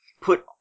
put